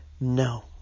no